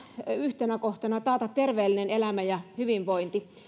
yhtenä kohtana taata terveellinen elämä ja hyvinvointi